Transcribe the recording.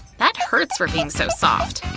that hurts for being so soft.